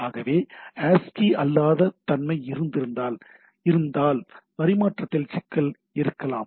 ஆகவே ஆஸ்கி அல்லாத தன்மை இருந்தால் பரிமாற்றத்தில் சிக்கல் இருக்கலாம்